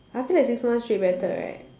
I feel that six months straight better right